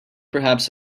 perhaps